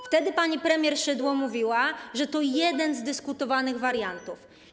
Wtedy pani premier Szydło mówiła, że to jeden z dyskutowanych wariantów.